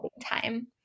time